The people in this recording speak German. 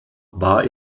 war